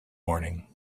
morning